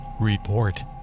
Report